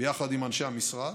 ביחד עם אנשי המשרד,